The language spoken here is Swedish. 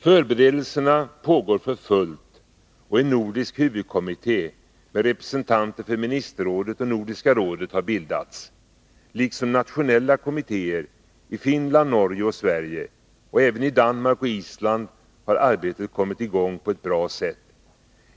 Förberedelserna pågår för fullt, och en nordisk huvudkommitté med representanter för ministerrådet och Nordiska rådet har bildats liksom nationella kommittéer i Finland, Norge och Sverige. Även i Danmark och Island har arbetet kommit i gång på ett bra sätt.